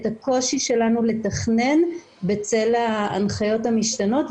את הקושי שלנו לתכנן בצל ההנחיות המשתנות,